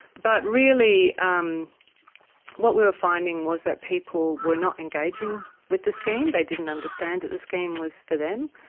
but really um what we were finding was that people were not engaging with the scheme, they didn't understand that the scheme was for them.